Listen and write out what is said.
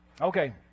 Okay